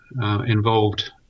involved